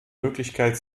möglichkeit